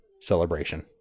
celebration